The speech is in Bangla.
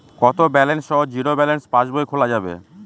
কত ব্যালেন্স সহ জিরো ব্যালেন্স পাসবই খোলা যাবে?